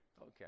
Okay